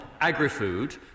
agri-food